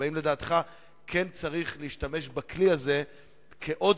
והאם לדעתך כן צריך להשתמש בכלי הזה כעוד